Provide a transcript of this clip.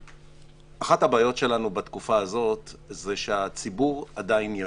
אחת הבעיות שלנו בתקופה הזאת היא שהציבור עדיין ישן.